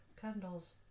candles